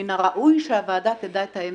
מן הראוי שהוועדה תדע את האמת.